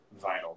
vinyl